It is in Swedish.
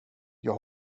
jag